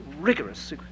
rigorous